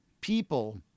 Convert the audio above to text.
people